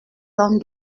ans